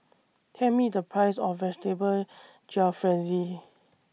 Tell Me The Price of Vegetable Jalfrezi